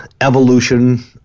evolution